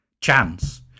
chance